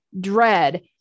dread